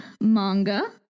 manga